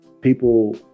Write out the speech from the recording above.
people